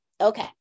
Okay